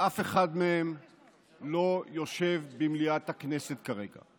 ואף אחד מהם לא יושב במליאת הכנסת כרגע.